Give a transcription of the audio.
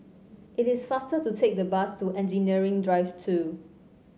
it is faster to take the bus to Engineering Drive Two